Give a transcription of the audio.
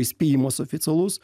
įspėjimas oficialus